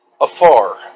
afar